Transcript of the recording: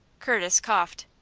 curtis coughed.